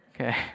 okay